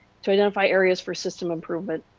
to identify areas for system improvement.